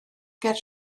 ger